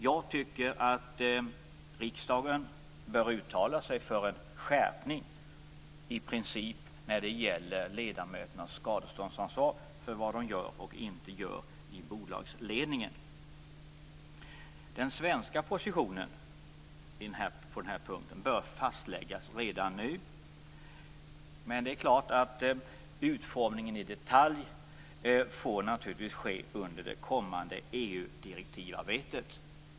Jag tycker att riksdagen bör uttala sig för en skärpning i princip när det gäller ledamöternas skadeståndsansvar för vad de gör och inte gör i bolagsledningen. Den svenska positionen på den här punkten bör fastläggas redan nu. Utformningen i detalj får naturligtvis ske under det kommande EU direktivarbetet.